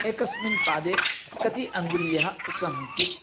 एकस्मिन् पादे कति अङ्गुल्यः सन्ति